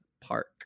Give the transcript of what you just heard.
Park